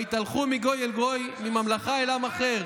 ויתהלכו מגוי אל גוי ממלכה אל עם אחר.